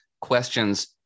questions